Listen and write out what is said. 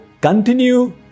continue